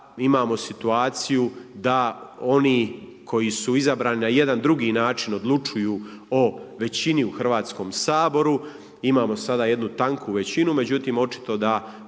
imamo situaciju da oni koji su izabrani na jedan drugi način odlučuju o većini u Hrvatskom saboru. Imamo sada jednu tanku većinu međutim očito da